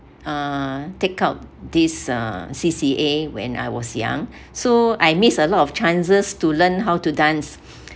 uh take out this uh C_C_A when I was young so I miss a lot of chances to learn how to dance